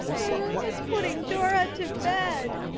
marilla's putting dora to bed,